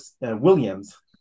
Williams